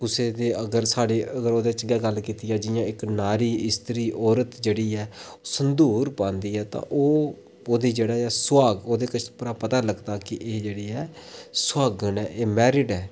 जियां साढ़े ओह्दे च गै गल्ल कीती जा जियां नारी स्त्री जेह्ड़ी ऐ ओह् सिंदूर पांदी ऐ ते ओह् ओह्दे कश सुहाग ते एह्दे कशा एह् पता चलदी ऐ एह् सुहागन ऐ एह् मैरिड ऐ